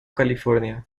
california